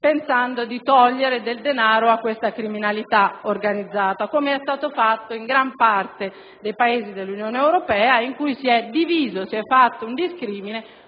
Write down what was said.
pensando di togliere del denaro a questa criminalità organizzata, come avvenuto in gran parte dei Paesi dell'Unione europea, dove è stato fatto un discrimine